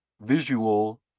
visual